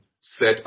set